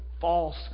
false